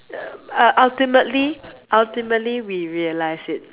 uh ultimately ultimately we realised it mm